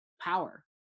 power